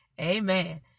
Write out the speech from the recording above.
Amen